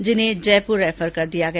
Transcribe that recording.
जिन्हें जयपुर रैफर कर दिया गया